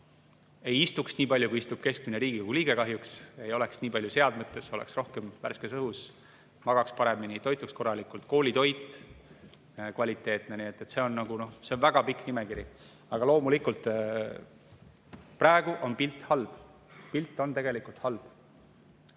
ei istuks nii palju, kui istub keskmine Riigkogu liige kahjuks, et me ei oleks nii palju seadmetes, oleksime rohkem värskes õhus, magaksime paremini ja toituksime korralikult. Koolitoit peaks olema kvaliteetne. See on väga pikk nimekiri. Aga loomulikult, praegu on pilt halb. Pilt on tegelikult halb.